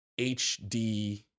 HD